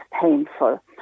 painful